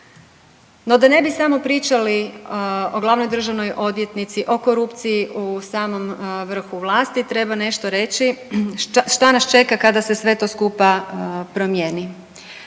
No, da ne bi samo pričali o glavnoj državnoj odvjetnici, o korupciji u samom vrhu vlasti, treba nešto reći šta nas čeka kada se sve to skupa promijeni.